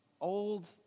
old